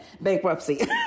bankruptcy